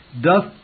doth